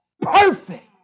perfect